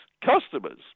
Customers